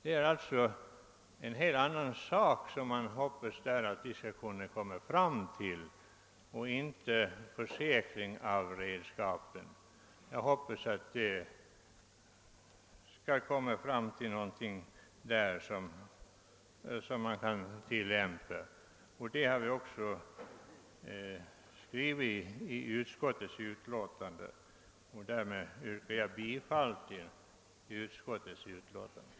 Det är alltså en helt annan sak som man hoppas att utredningen skall komma fram till, och det gäller inte försäkring av redskapen. Jg hoppas att utredningen skall finna en ordning som går att tillämpa, En sådan förhoppning har vi också givit uttryck åt i utskottets utlåtande. Herr talman! Jag yrkar bifall till utskottets hemställan.